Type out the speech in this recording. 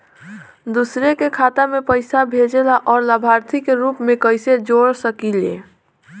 दूसरे के खाता में पइसा भेजेला और लभार्थी के रूप में कइसे जोड़ सकिले?